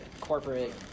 corporate